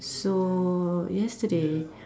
so yesterday